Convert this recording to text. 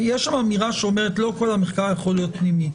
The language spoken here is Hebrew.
יש שם אמירה לפיה לא כל המחקר יכול להיות פנימי,